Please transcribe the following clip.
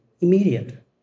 immediate